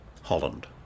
Holland